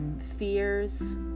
fears